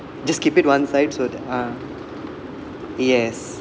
just keep it one side so that uh yes